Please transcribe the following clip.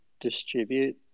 distribute